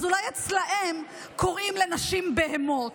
אז אולי אצלם קוראים לנשים בהמות.